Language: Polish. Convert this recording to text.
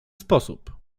sposób